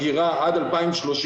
אגירה עד 2030,